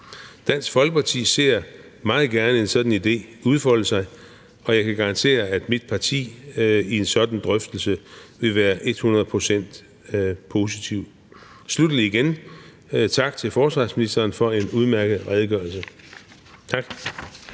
Dansk Folkeparti ser meget gerne en sådan idé udfolde sig, og jeg kan garantere, at mit parti i en sådan drøftelse vil være 100 pct. positiv. Sluttelig vil jeg igen sige tak til forsvarsministeren for en udmærket redegørelse. Tak.